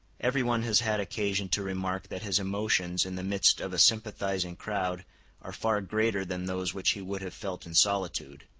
every one has had occasion to remark that his emotions in the midst of a sympathizing crowd are far greater than those which he would have felt in solitude.